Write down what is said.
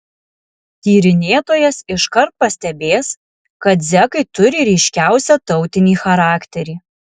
tyrinėtojas iškart pastebės kad zekai turi ryškiausią tautinį charakterį